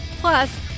Plus